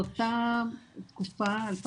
באותה תקופה, 2004,